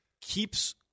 keeps